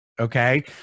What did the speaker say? Okay